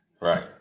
Right